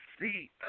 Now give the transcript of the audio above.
see